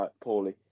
poorly